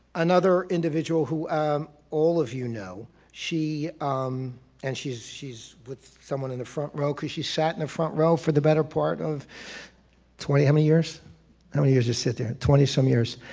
another individual who all of you know she um and she's she's with someone in the front row because she sat in the front row for the better part of twenty how many years how many years you sit there twenty some years